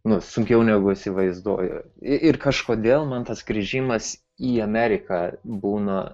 nu sunkiau negu įsivaizduoju ir kažkodėl man tas grįžimas į ameriką būna